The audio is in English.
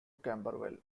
camberwell